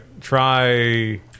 Try